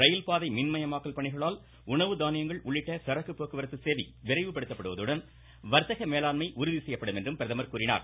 ரயில்பாதை மின்மயமாக்கல் பணிகளால் உணவு தானியங்கள் உள்ளிட்ட சரக்கு போக்குவரத்து சேவை விரைவுபடுத்தப்படுவதுடன் வர்த்தக மேலாண்மை உறுதிசெய்யப்படும் என்றும் பிரதமர் கூறினார்